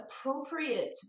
appropriate